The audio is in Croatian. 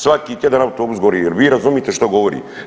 Svaki tjedan autobus gori, je li vi razumijete što govorim?